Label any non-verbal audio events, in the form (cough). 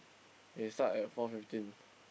(noise) we start at four fifteen